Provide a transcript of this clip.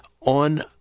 on